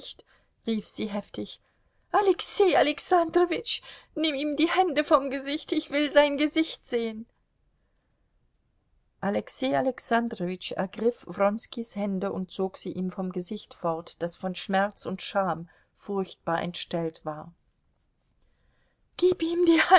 rief sie heftig alexei alexandrowitsch nimm ihm die hände vom gesicht ich will sein gesicht sehen alexei alexandrowitsch ergriff wronskis hände und zog sie ihm vom gesicht fort das von schmerz und scham furchtbar entstellt war gib ihm die